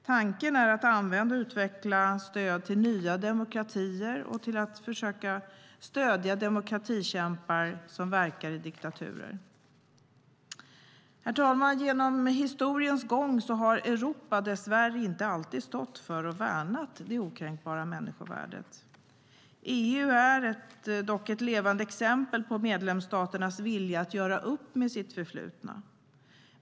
Tanken är att använda och utveckla stöd till nya demokratier och till att försöka stödja demokratikämpar som verkar i diktaturer. Herr talman! Genom historiens gång har Europa dess värre inte alltid stått för och värnat det okränkbara människovärdet. EU är dock ett levande exempel på medlemsstaternas vilja att göra upp med sitt förflutna.